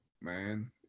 man